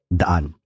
daan